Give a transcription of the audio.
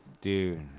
Dude